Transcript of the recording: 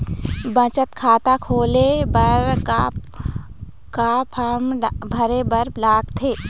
बचत खाता खोले बर का का फॉर्म भरे बार लगथे?